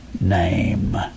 name